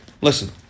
Listen